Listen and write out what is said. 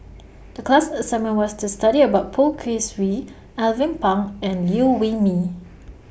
The class assignment was to study about Poh Kay Swee Alvin Pang and Liew Wee Mee